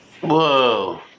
Whoa